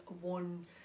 one